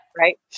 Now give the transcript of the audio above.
Right